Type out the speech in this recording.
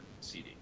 CD